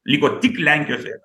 liko tik lenkijos vėliava